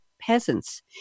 peasants